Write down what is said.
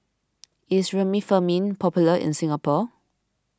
is Remifemin popular in Singapore